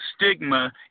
stigma